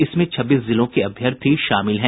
इसमें छब्बीस जिलों के अभ्यर्थी शामिल हैं